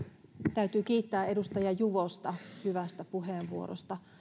täytyy kiittää edustaja juvosta hyvästä puheenvuorosta